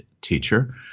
teacher